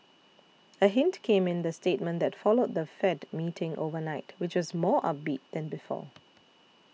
a hint came in the statement that followed the Fed meeting overnight which was more upbeat than before